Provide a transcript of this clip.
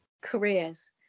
careers